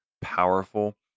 powerful